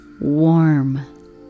warm